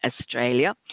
Australia